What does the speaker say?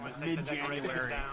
mid-January